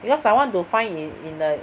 because I want to find in in a